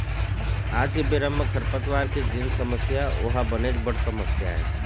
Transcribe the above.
आज के बेरा म खरपतवार के जेन समस्या ओहा बनेच बड़ समस्या आय